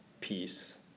peace